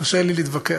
קשה לי להתווכח,